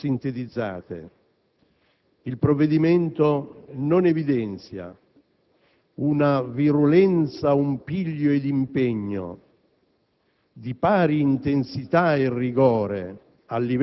Le motivazioni possono essere così sintetizzate. Il provvedimento non evidenzia una virulenza, un piglio ed un impegno